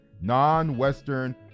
non-Western